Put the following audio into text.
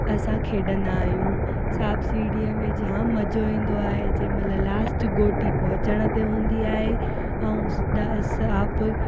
असां खेॾंदा आहियूं सांप सीड़ीअ में जामु मज़ो ईंदो आहे जंहिंमहिल लास्ट गोटी पहुचण ते हूंदी आहे ऐं सांप